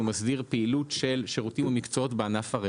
הוא מסדיר פעילות של שירותים ומקצועות בענף הרכב.